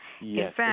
Yes